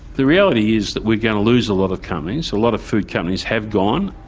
the reality is that we're going to lose a lot of companies, a lot of food companies have gone.